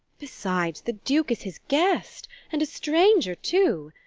besides, the duke's his guest and a stranger too.